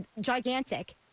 gigantic